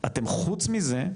אתם חוץ מזה,